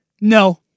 No